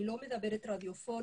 אני לא מדברת רדיופונית,